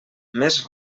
més